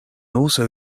also